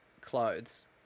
clothes